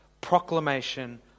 proclamation